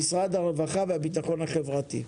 משרד הרווחה והביטחון החברתי,